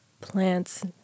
plants